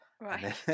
Right